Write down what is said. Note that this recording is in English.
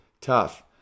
tough